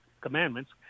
commandments